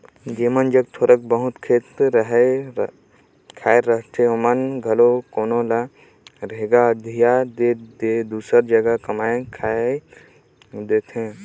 जेमन जग थोर बहुत खेत खाएर रहथे ओमन घलो कोनो ल रेगहा अधिया दे के दूसर जगहा कमाए खाए रेंग देथे